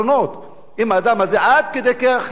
אם האדם הזה עד כדי כך לא שפוי,